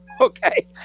okay